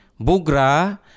bugra